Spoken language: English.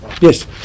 Yes